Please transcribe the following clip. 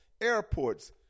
airports